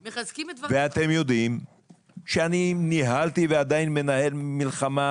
ואתם יודעים שאני ניהלתי ועדיין מנהל מלחמה